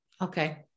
okay